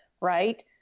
Right